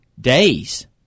days